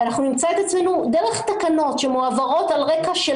ואנחנו נמצא את עצמנו דרך תקנות שמועברות על רקע של